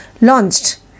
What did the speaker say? launched